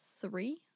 three